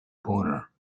boner